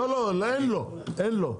לא לא לא אין לא אין לא,